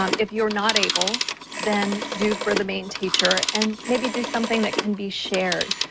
um if you're not able then do for the main teacher and maybe do something that can be shared.